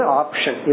option